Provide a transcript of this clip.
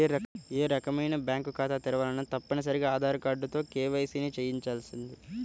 ఏ రకమైన బ్యేంకు ఖాతా తెరవాలన్నా తప్పనిసరిగా ఆధార్ కార్డుతో కేవైసీని చెయ్యించాల్సిందే